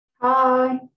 Hi